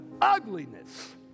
ugliness